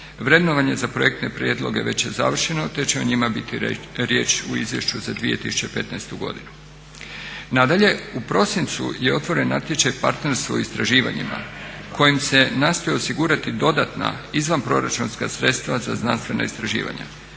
Vrednovanje za projektne prijedloge već je završeno te će o njima biti riječi u izvješću za 2015. godinu. Nadalje, u prosincu je otvoren natječaj partnerstvo u istraživanjima kojim se nastoje osigurati dodatna izvanproračunska sredstva za znanstvena istraživanja.